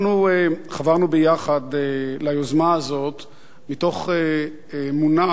אנחנו חברנו ביחד ליוזמה הזאת מתוך אמונה